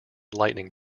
lightning